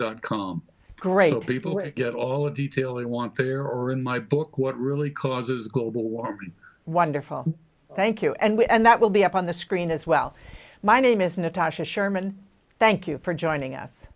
don't come great people get all a detail they want there or in my book what really causes global warming wonderful thank you and that will be up on the screen as well my name is natasha sherman thank you for joining us